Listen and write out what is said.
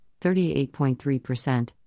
38.3%